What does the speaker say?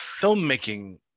filmmaking